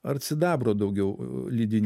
ar sidabro daugiau lydiny